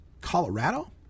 Colorado